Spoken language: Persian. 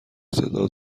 صدا